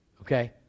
Okay